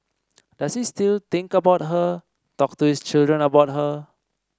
does he still think about her talk to his children about her